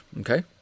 Okay